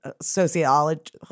sociology